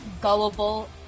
gullible